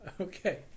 Okay